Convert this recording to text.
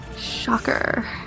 Shocker